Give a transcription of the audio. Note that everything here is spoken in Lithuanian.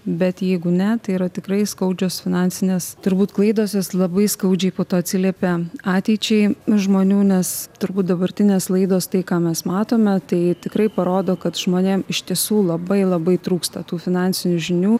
bet jeigu ne tai yra tikrai skaudžios finansinės turbūt klaidos jos labai skaudžiai po to atsiliepia ateičiai žmonių nes turbūt dabartinės laidos tai ką mes matome tai tikrai parodo kad žmonėm iš tiesų labai labai trūksta tų finansinių žinių